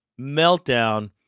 meltdown